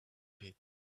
pit